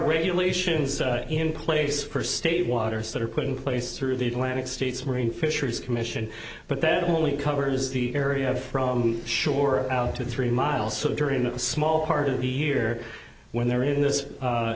regulations in place for state waters that are put in place through the atlantic states marine fisheries commission but that only covers the area of shore out to three miles so during a small part of the year when they're in this